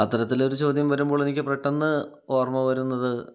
അത്തരത്തിലൊരു ചോദ്യം വരുമ്പോൾ എനിക്ക് പെട്ടെന്ന് ഓർമ്മ വരുന്നത്